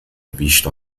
visto